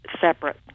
separate